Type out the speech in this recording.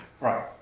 Right